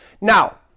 now